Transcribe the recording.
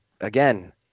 again